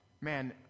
man